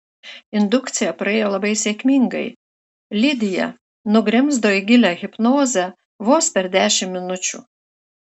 indukcija praėjo labai sėkmingai lidija nugrimzdo į gilią hipnozę vos per dešimt minučių